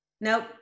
Nope